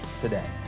today